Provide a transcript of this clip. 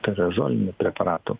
kerazolinių preparatų